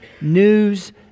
news